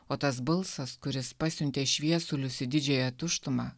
o tas balsas kuris pasiuntė šviesulius į didžiąją tuštumą